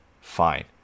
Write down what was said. fine